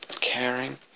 Caring